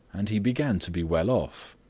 and he began to be well off.